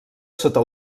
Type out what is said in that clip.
sota